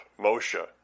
Moshe